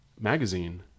magazine